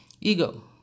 Ego